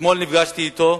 אתמול נפגשתי אתו,